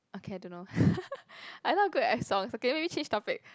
okay I don't know I not good at songs okay can we change topic